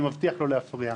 אני מבטיח לא להפריע.